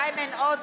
אימא שלו או